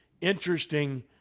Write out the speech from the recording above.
interesting